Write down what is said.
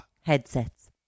headsets